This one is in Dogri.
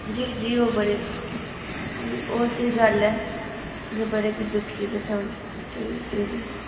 जी जी ओह् बड़े जी ओह् स्हेई गल्ल ऐ तुसें बड़े गै दुखे आह्ली गल्ल सनाई जी जी